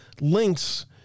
links